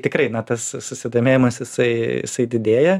tikrai na tas susidomėjimas jisai jisai didėja